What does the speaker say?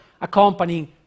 accompanying